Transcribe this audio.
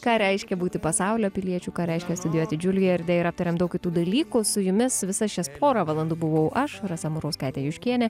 ką reiškia būti pasaulio piliečiu ką reiškia studijuoti džiulijarde ir aptarėm daug kitų dalykų su jumis visas šias porą valandų buvau aš rasa murauskaitė juškienė